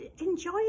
enjoy